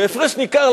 בהפרש ניכר,